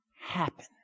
happen